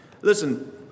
listen